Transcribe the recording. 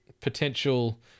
potential